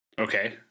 Okay